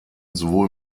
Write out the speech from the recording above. sowohl